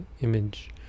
image